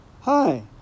Hi